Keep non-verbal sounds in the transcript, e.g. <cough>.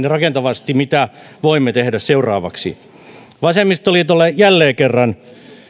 <unintelligible> rakentavasti mitä voimme tehdä seuraavaksi vasemmistoliitolle jälleen kerran